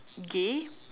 gay